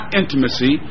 intimacy